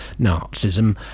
nazism